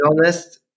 honest